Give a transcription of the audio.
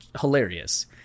hilarious